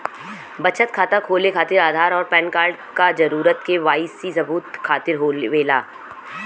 बचत खाता खोले खातिर आधार और पैनकार्ड क जरूरत के वाइ सी सबूत खातिर होवेला